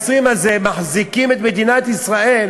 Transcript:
20 האלה מחזיקים את מדינת ישראל